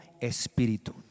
espíritu